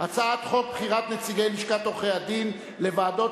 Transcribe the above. בחירת נציגי לשכת עורכי-הדין לוועדות